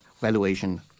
valuation